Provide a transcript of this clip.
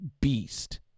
beast